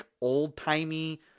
old-timey